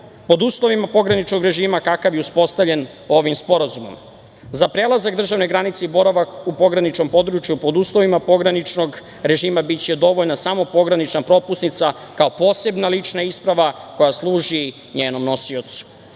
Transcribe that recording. pod uslovima pograničnog režima kakav je uspostavljen ovim sporazumom. Za prelazak državne granice i boravak u pograničnom području pod uslovima pograničnog režima biće dovoljna samo pogranična propusnica kao posebna lična isprava koja služi njenom nosiocu. Ono